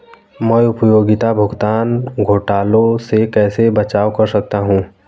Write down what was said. मैं उपयोगिता भुगतान घोटालों से कैसे बचाव कर सकता हूँ?